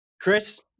Chris